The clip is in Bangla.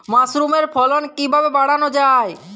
মাসরুমের ফলন কিভাবে বাড়ানো যায়?